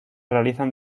realizan